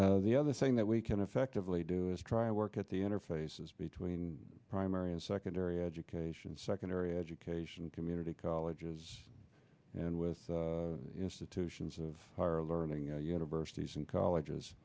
and the other thing that we can actively do is try to work at the interfaces between primary and secondary education secondary education community colleges and with institutions of higher learning at universities and colleges